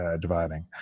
dividing